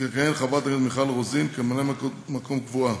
תכהן חברת הכנסת מיכל רוזין כממלאת-מקום קבועה,